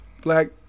black